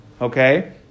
Okay